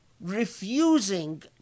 refusing